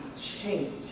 change